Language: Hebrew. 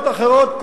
בדתות אחרות,